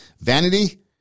Vanity